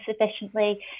sufficiently